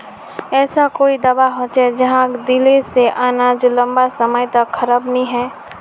ऐसा कोई दाबा होचे जहाक दिले से अनाज लंबा समय तक खराब नी है?